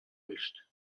nicht